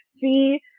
see